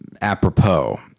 apropos